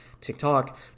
TikTok